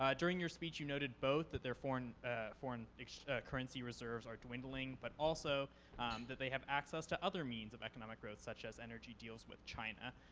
ah during your speech you noted both that their foreign foreign currency reserves are dwindling, but also that they have access to other means of economic growth, such as energy deals with china.